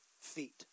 feet